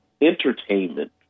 entertainment